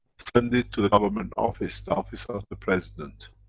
send it to the government office, the office of the president.